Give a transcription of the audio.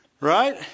Right